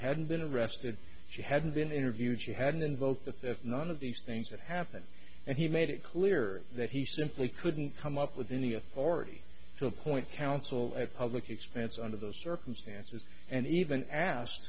hadn't been arrested she hadn't been interviewed you hadn't invoked that that none of these things that happened and he made it clear that he simply couldn't come up with any authority to appoint counsel at public expense under those circumstances and even asked